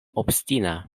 obstina